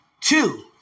two